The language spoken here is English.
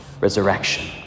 resurrection